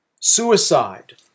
Suicide